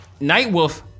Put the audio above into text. Nightwolf